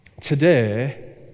Today